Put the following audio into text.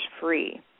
free